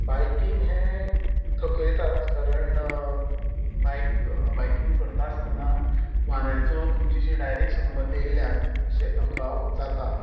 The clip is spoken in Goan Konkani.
बायकींग हे थकयताच कारण बायक बायकींग करता आसतना वाऱ्याचो तुमच्याशी डायरेक्ट संबंध येल्यान मात्शे थकाव जाता